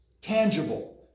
tangible